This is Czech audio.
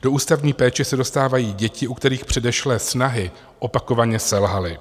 Do ústavní péče se dostávají děti, u kterých předešlé snahy opakovaně selhaly.